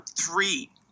three